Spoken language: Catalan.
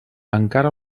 encara